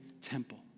temple